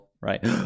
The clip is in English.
right